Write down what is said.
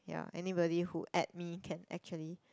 ya anybody who add me can actually